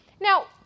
Now